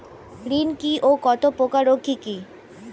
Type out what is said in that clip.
ঋণ কি ও কত প্রকার ও কি কি?